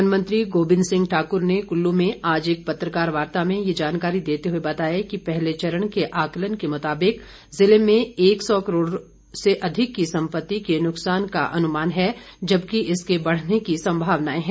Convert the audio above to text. one मंत्री गोविन्द सिंह ठाकर ने कल्लू में आज एक पत्रकार वार्ता में ये जानकारी देते हए बताया कि पहले चरण के आकलन के मुताबिक जिले में एक सौ करोड़ से अधिक की सम्पति के नुकसान का अनुमान है जबकि इसके बढ़ने की संभावनाए हैं